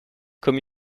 comme